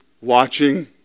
watching